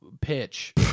pitch